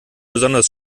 besonders